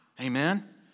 Amen